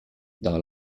dans